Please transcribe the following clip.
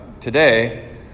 today